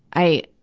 i,